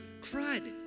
crud